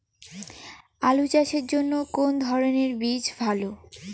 আলু চাষের জন্য কোন ধরণের বীজ ভালো?